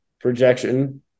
projection